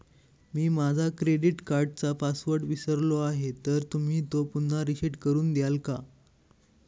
मी माझा क्रेडिट कार्डचा पासवर्ड विसरलो आहे तर तुम्ही तो पुन्हा रीसेट करून द्याल का?